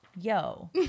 Yo